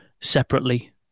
separately